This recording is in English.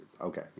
okay